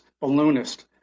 balloonist